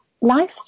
life